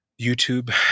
YouTube